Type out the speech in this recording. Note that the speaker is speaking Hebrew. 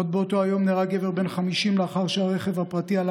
עוד באותו היום נהרג גבר בן 50 לאחר שהרכב הפרטי שבו